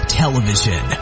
television